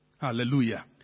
Hallelujah